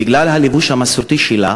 בגלל הלבוש המסורתי שלה